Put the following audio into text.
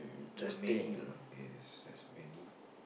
there are many lah yes there's many